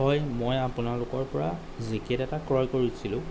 হয় মই আপোনালোকৰপৰা জেকেট এটা ক্ৰয় কৰিছিলোঁ